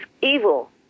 evil